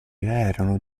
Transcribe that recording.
erano